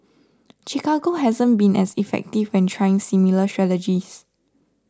Chicago hasn't been as effective when trying similar strategies